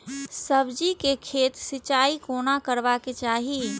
सब्जी के खेतक सिंचाई कोना करबाक चाहि?